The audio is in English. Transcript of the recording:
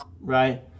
right